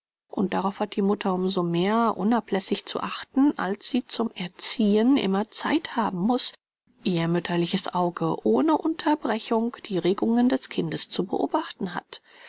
und darauf hat die mutter um so mehr unablässig zu achten als sie zum erziehen immer zeit haben muß ihr mütterliches auge ohne unterbrechung die regungen des kindes zu beobachten hat